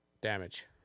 damage